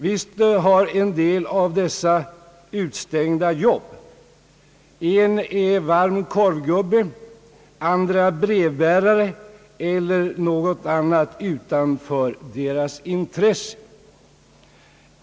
Visst har en del av dessa utestängda jobb — en är varm-korvgubbe, en annan brevbärare eller någonting sådant utanför deras intressesfär.